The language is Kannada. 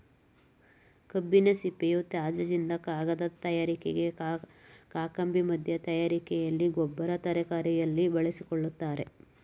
ಕಬ್ಬಿನ ಸಿಪ್ಪೆಯ ತ್ಯಾಜ್ಯದಿಂದ ಕಾಗದ ತಯಾರಿಕೆಗೆ, ಕಾಕಂಬಿ ಮಧ್ಯ ತಯಾರಿಕೆಯಲ್ಲಿ, ಗೊಬ್ಬರ ತಯಾರಿಕೆಯಲ್ಲಿ ಬಳಸಿಕೊಳ್ಳುತ್ತಾರೆ